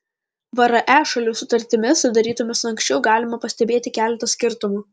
vre šalių sutartimis sudarytomis anksčiau galima pastebėti keletą skirtumų